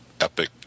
epic